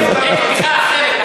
יש בדיחה אחרת.